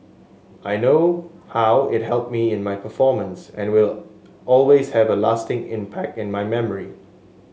I know how it helped me in my performance and will always have a lasting impact in my memory